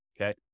okay